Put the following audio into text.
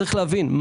צריך להבין,